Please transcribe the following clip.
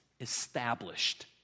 established